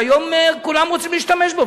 שהיום כולם רוצים להשתמש בו,